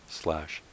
slash